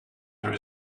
there